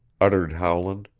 uttered howland,